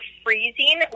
freezing